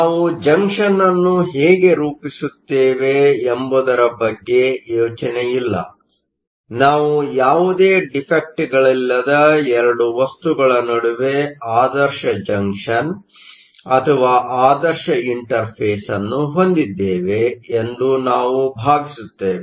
ನಾವು ಜಂಕ್ಷನ್ ಅನ್ನು ಹೇಗೆ ರೂಪಿಸುತ್ತೇವೆ ಎಂಬುದರ ಬಗ್ಗೆ ಯೋಚನೆ ಇಲ್ಲ ನಾವು ಯಾವುದೇ ಡಿಫೆಕ್ಟ್Defectಗಳಿಲ್ಲದ 2 ವಸ್ತುಗಳ ನಡುವೆ ಆದರ್ಶ ಜಂಕ್ಷನ್ ಅಥವಾ ಆದರ್ಶ ಇಂಟರ್ಫೆಸ್ ಅನ್ನು ಹೊಂದಿದ್ದೇವೆ ಎಂದು ನಾವು ಭಾವಿಸುತ್ತೇವೆ